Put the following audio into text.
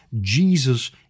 jesus